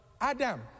Adam